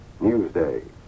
Newsday